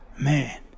man